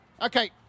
Okay